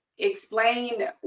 Explain